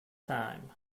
time